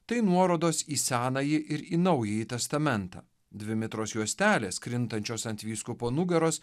tai nuorodos į senąjį ir į naująjį testamentą dvi mitros juostelės krintančios ant vyskupo nugaros